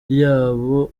ryabo